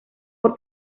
por